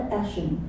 action